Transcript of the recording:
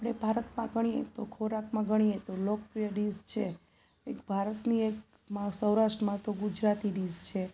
આપણે ભારતમાં ગણીએ તો ખોરાકમાં ગણીએ તો લોકપ્રિય ડીશ છે એક ભારતની એક સૌરાષ્ટ્રમાં તો ગુજરાતી ડીશ છે